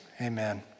Amen